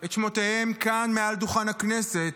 את שמותיהם כאן, מעל דוכן הכנסת,